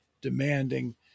demanding